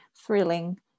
thrilling